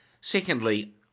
Secondly